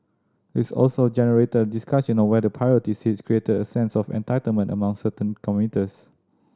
it's also generated discussion on whether priority seats created a sense of entitlement among certain commuters